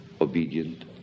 obedient